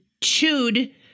chewed